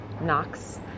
Knox